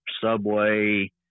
Subway